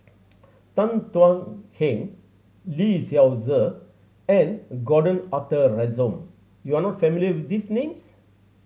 Tan Thuan Heng Lee Seow Ser and Gordon Arthur Ransome you are not familiar with these names